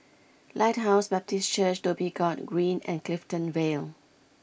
Lighthouse Baptist Church Dhoby Ghaut Green and Clifton Vale